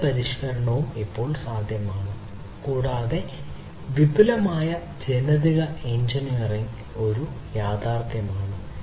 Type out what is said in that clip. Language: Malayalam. സെൽ പരിഷ്ക്കരണം ഇപ്പോൾ സാധ്യമാണ് കൂടാതെ വിപുലമായ ജനിതക എഞ്ചിനീയറിംഗ് ഒരു യാഥാർത്ഥ്യമാണ്